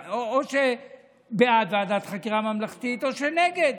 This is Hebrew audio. או שבעד ועדת חקירה ממלכתית או שנגד.